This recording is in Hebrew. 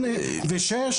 8 ו-6.